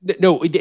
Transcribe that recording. No